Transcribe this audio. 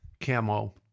camo